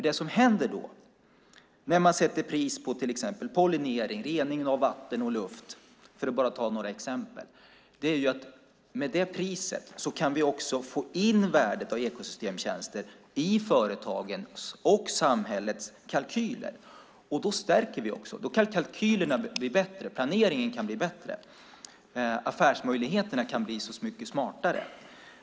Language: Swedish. Det som händer när man sätter pris på till exempel pollinering, rening av vatten och luft, för att ta några exempel, är att vi med det priset kan få in värdet av ekosystemstjänster i företagens och samhällets kalkyler. Då stärker vi det, då kan kalkylerna bli bättre, affärsmöjligheterna kan bli så mycket smartare.